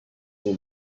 will